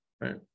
Right